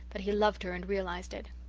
that he loved her and realized it.